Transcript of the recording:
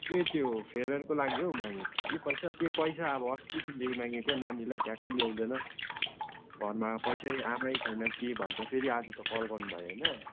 ए त्यो फेयरवेलको लागि हो मागेको थियो कि पैसा त्यो पैसा अब अस्तिदेखि मागेको नानीलाई ट्याक्कै ल्याउँदैन घरमा पैसै आमै छैन के भन्छ फेरि आज त कल गर्नुभयो होइन